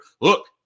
Look